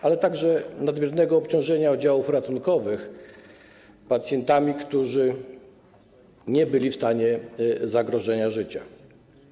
Chodziło także o nadmierne obciążenie oddziałów ratunkowych pacjentami, którzy nie byli w stanie zagrożenia życia.